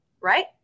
right